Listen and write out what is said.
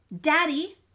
Daddy